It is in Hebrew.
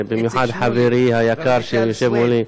ובמיוחד חברי היקר שיושב מולי,